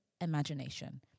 imagination